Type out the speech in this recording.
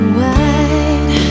wide